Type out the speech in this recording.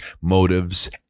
motives